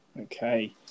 Okay